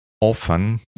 often